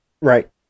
Right